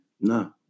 No